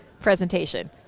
presentation